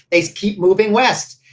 they keep moving west.